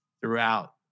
throughout